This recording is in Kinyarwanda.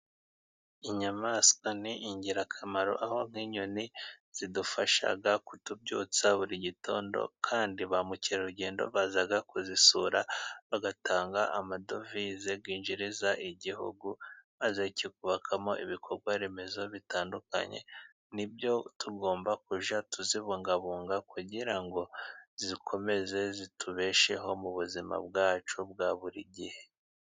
Inyamaswa ni ingirakamaro; aho nk'inyoni zidufasha kutubyutsa buri gitondo, kandi ba mukerarugendo baza kuzisura bagatanga amadovize, yinjiriza igihugu, bazacyubakamo ibikorwa remezo bitandukanye. Nibyo tugomba kujya tuzibungabunga kugira ngo zikomeze zitubesheho mu buzima bwacu bwa buri gihe.